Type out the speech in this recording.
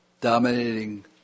dominating